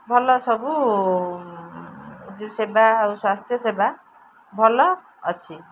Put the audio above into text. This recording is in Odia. ଭଲ ସବୁ ସେବା ଆଉ ସ୍ୱାସ୍ଥ୍ୟ ସେବା ଭଲ ଅଛି